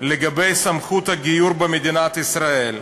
לגבי סמכות הגיור במדינת ישראל.